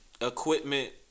equipment